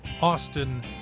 Austin